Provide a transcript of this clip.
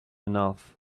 enough